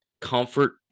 comfort